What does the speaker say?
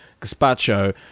gazpacho